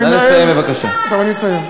מנהל, טוב, אני אסיים.